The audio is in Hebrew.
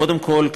קודם כול,